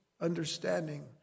understanding